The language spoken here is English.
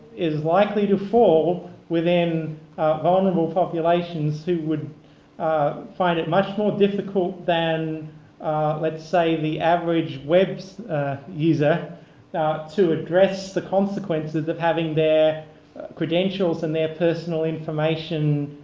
is likely to fall within vulnerable populations who would find it much more difficult than let's say the average web user so to address the consequences of having their credentials and their personal information